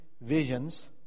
visions